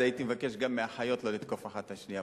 אז הייתי מבקש גם מהחיות לא לתקוף האחת את השנייה.